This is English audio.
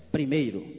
Primeiro